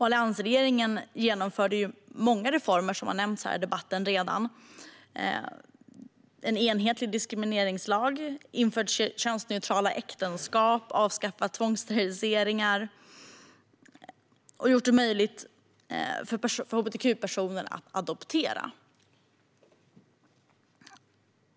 Alliansregeringen genomförde många reformer som redan har nämnts i debatten: en enhetlig diskrimineringslag, könsneutrala äktenskap, avskaffande av tvångssterilisering och möjlighet för hbtq-personer att adoptera.